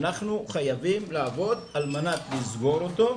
אנחנו חייבים לעבוד על מנת לסגור אותו,